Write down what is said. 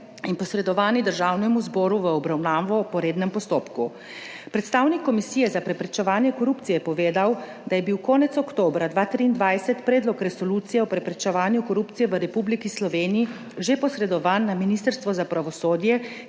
in posredovani Državnemu zboru v obravnavo po rednem postopku. Predstavnik Komisije za preprečevanje korupcije je povedal, da je bil konec oktobra 2023, predlog Resolucije o preprečevanju korupcije v Republiki Sloveniji že posredovan na Ministrstvo za pravosodje.